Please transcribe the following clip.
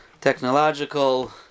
technological